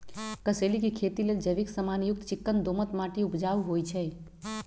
कसेलि के खेती लेल जैविक समान युक्त चिक्कन दोमट माटी उपजाऊ होइ छइ